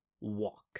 walk